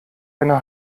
eine